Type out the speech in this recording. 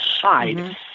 hide